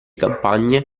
campagne